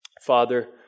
Father